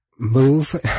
move